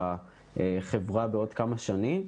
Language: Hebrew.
בחברה בעוד כמה שנים.